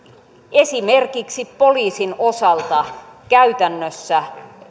esimerkiksi poliisin osalta käytännössä